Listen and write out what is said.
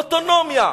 אוטונומיה.